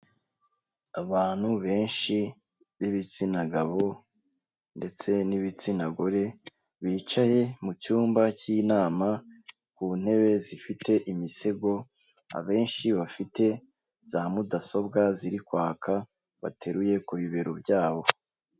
Abantu benshi b'ibitsina gabo ndetse n'ibitsina gore bicaye mu cyumba cy'inama ku ntebe zifite imisego, abenshi bafite za mudasobwa ziri kwaka bateruye ku bibero byabo.